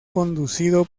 conducido